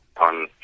On